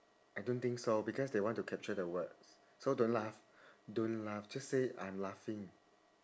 I don't think so because they want to capture the words so don't laugh don't laugh just say I'm laughing